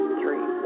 three